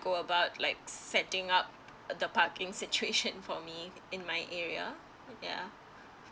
go about like setting up the parking situation for me in my area yeah